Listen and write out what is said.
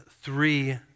three